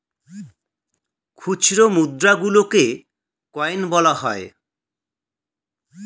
খুচরো মুদ্রা গুলোকে কয়েন বলা হয়